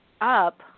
up